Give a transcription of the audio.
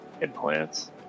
implants